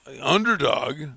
underdog